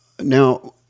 now